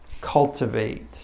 cultivate